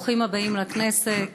ברוכים הבאים לכנסת,